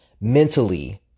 mentally